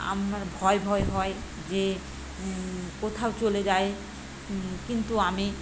আমার ভয় ভয় হয় যে কোথাও চলে যায় কিন্তু আমি